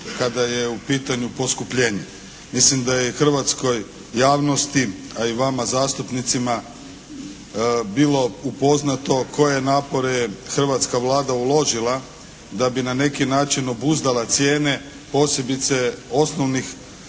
kada je u pitanju poskupljenje. Mislim da je hrvatskoj javnosti a i vama zastupnicima bilo upoznato koje napore je hrvatska Vlada uložila da bi na neki način obuzdala cijene posebice osnovnih